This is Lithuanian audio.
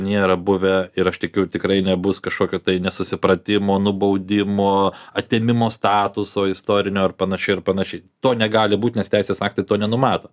nėra buvę ir aš tikiu tikrai nebus kažkokio nesusipratimo nubaudimo atėmimo statuso istorinio ar panašiai ir panašiai to negali būt nes teisės aktai to nenumato